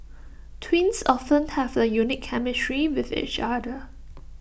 twins often have A unique chemistry with each other